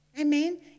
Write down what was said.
Amen